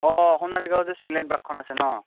অ সোণাৰীগাঁৱত যে ছিলড্ৰেন পাৰ্কখন আছে ন'